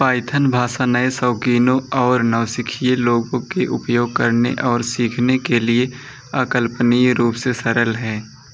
Python भाषा नए शौकीनों और नौसिख़िए लोगों के उपयोग करने और सीखने के लिए अकल्पनीय रूप से सरल है